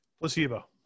Placebo